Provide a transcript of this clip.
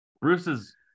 Bruce's